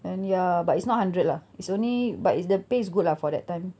and ya but it's not hundred lah is only but it's the pay is good lah for that time